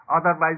Otherwise